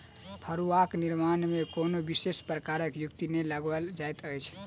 फड़ुआक निर्माण मे कोनो विशेष प्रकारक युक्ति नै लगाओल जाइत अछि